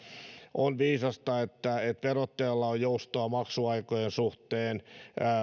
on viisasta että verottajalla on joustoa maksuaikojen suhteen